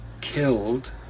killed